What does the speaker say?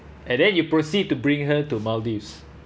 and then you proceed to bring her to maldives